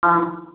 ꯑꯪ